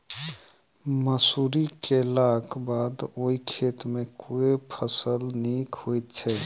मसूरी केलाक बाद ओई खेत मे केँ फसल नीक होइत छै?